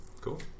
Cool